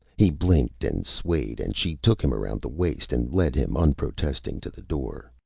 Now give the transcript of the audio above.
he blinked and swayed, and she took him around the waist and led him unprotesting to the door.